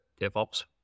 DevOps